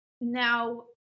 now